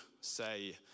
say